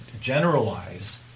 generalize